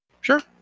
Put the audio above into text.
Sure